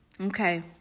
Okay